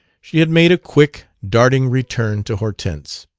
she had made a quick, darting return to hortense.